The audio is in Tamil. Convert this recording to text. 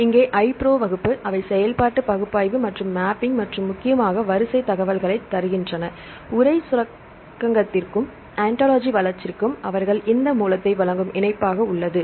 இங்கே iPro வகுப்பு அவை செயல்பாட்டு பகுப்பாய்வு மற்றும் மேப்பிங் மற்றும் முக்கியமாக வரிசை தகவல்களைத் தருகின்றன உரை சுரங்கத்திற்கும் ஆன்டாலஜி வளர்ச்சிக்கும் அவர்கள் இந்த மூலத்தை வழங்கும் இணைப்பாக உள்ளது